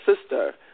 sister